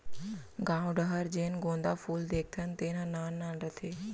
गॉंव डहर जेन गोंदा फूल देखथन तेन ह नान नान रथे